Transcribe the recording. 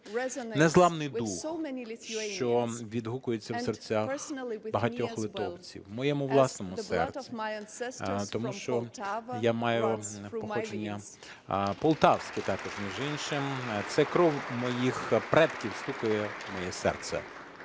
Незламний дух, що відгукується в серцях багатьох литовців, у моєму власному серці, тому що я маю походження полтавське також між іншим – це кров моїх предків стукає у моє серце.